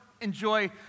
enjoy